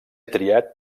triat